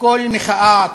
קול מחאה,